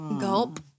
Gulp